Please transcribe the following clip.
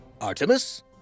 Artemis